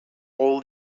all